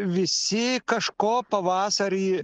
visi kažko pavasarį